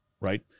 Right